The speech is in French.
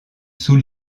sous